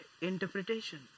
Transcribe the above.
interpretation